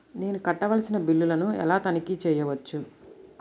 నేను కట్టవలసిన బిల్లులను ఎలా తనిఖీ చెయ్యవచ్చు?